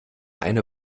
eine